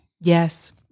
Yes